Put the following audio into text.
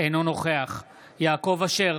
אינו נוכח יעקב אשר,